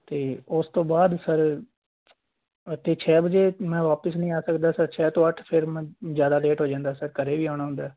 ਅਤੇ ਉਸ ਤੋਂ ਬਾਅਦ ਸਰ ਅਤੇ ਛੇ ਵਜੇ ਮੈਂ ਵਾਪਿਸ ਨਹੀ ਆ ਸਕਦਾ ਛੇ ਤੋਂ ਅੱਠ ਫਿਰ ਮੈਂ ਜ਼ਿਆਦਾ ਲੇਟ ਹੋ ਜਾਂਦਾ ਸਰ ਘਰ ਵੀ ਆਉਣਾ ਹੁੰਦਾ